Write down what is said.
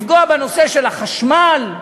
לפגוע בנושא של החשמל?